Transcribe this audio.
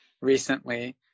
recently